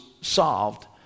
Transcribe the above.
solved